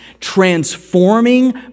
transforming